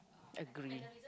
agree